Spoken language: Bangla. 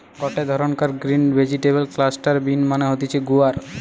গটে ধরণকার গ্রিন ভেজিটেবল ক্লাস্টার বিন মানে হতিছে গুয়ার